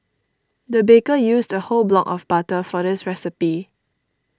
the baker used a whole block of butter for this recipe